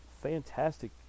fantastic